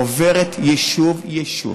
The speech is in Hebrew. עוברת יישוב-יישוב,